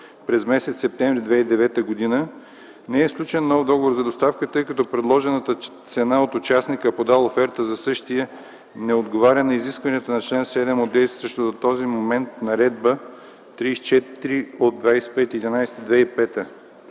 през м. септември 2009 г. не е сключен нов договор за доставка, тъй като предложената цена от участника, подал оферта за същия, не отговаря на изискванията на чл. 7 от действащата до този момент Наредба № 34 от 25.11.2005